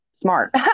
smart